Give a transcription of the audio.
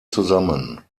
zusammen